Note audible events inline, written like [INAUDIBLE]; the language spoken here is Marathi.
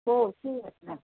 हो [UNINTELLIGIBLE]